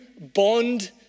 bond